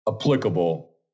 applicable